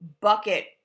bucket